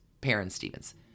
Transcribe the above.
Perrin-Stevens